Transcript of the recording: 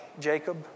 Jacob